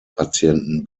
patienten